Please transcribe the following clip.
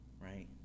right